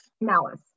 malice